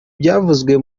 byavuzwe